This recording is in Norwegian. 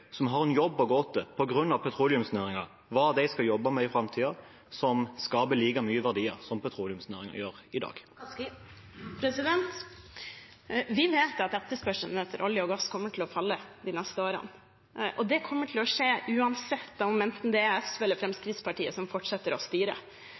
som har en jobb å gå til på grunn av petroleumsnæringen, hva de skal jobbe med i framtiden, som skaper like mye verdier som petroleumsnæringen gjør i dag. Vi vet at etterspørselen etter olje og gass kommer til å falle de neste årene, og det kommer til å skje uansett, enten det er SV eller